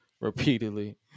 repeatedly